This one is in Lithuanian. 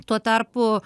tuo tarpu